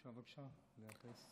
אפשר בבקשה לאפס?